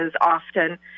often